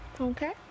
okay